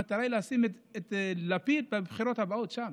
המטרה לשים את לפיד בבחירות הבאות שם.